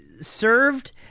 served